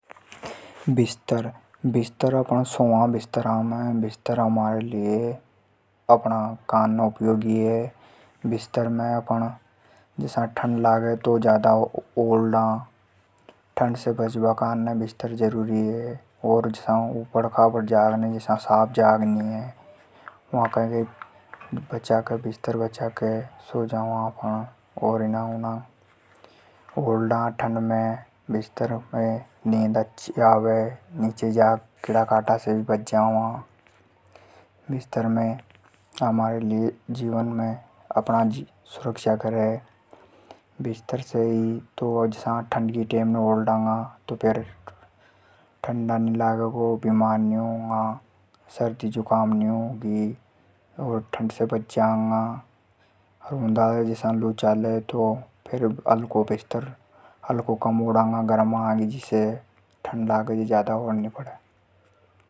बिस्तर, अपण सोवा बिस्तरा में। बिस्तर अपणा काने उपयोगी हैं, बिस्तर मे अपण जसा ठण्ड लागे तो ओढ़ ला। ठंड से बचबा काने बिस्तर जरुरी हैं, और जसा ऊबड़ खाबड़ जाग ने जसा साफ जाग नी हैं। वा कई कई बिस्तर बिछा के सो जावा और ओल्डा आपण ठंड में। बिस्तर में नींद अच्छी आवे बिस्तर में कीड़ा काटा से भी बच जावा। बिस्तर जसा ठंड की टेम पे ओड लांगा तो ठंड नी लगे। ओर बीमार नी होवा। ठंड नी लगेगो, बीमार नी होंगा। ठंड से बच जांगा अर उन्दाले जसा लु चले तो हलकों बिस्तर ओडांगा गर्मी आगी जिसे।